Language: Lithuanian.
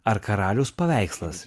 ar karaliaus paveikslas